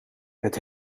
het